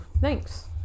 thanks